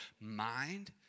mind